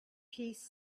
piece